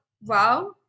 wow